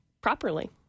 properly